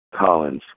Collins